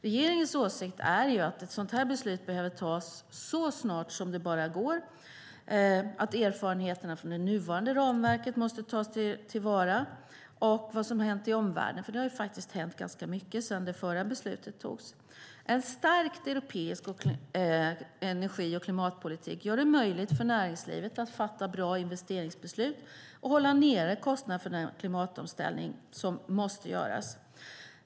Regeringens åsikt är att ett sådant här beslut behöver tas så snart som det bara går, att erfarenheterna från det nuvarande ramverket måste tas till vara liksom vad som har hänt i omvärlden, för det har faktiskt hänt ganska mycket sedan det förra beslutet togs. En stark europeisk energi och klimatpolitik gör det möjligt för näringslivet att fatta bra investeringsbeslut och hålla nere kostnaderna för den klimatomställning som måste göras.